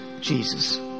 Jesus